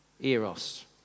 eros